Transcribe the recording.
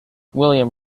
william